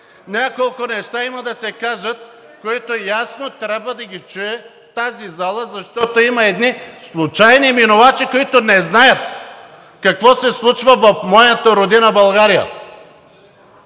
Няколко неща има да се кажат, които ясно трябва да ги чуе тази зала, защото има едни случайни минувачи, които не знаят какво се случва в моята родина България.